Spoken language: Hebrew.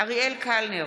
אריאל קלנר,